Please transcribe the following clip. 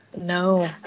no